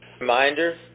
Reminder